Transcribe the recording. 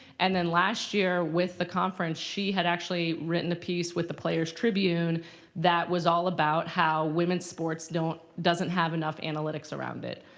and then last year with the conference, she had actually written the piece with the players' tribune that was all about how women's sports doesn't have enough analytics around it.